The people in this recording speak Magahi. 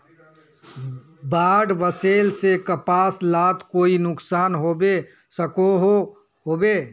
बाढ़ वस्ले से कपास लात कोई नुकसान होबे सकोहो होबे?